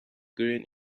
green